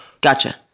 gotcha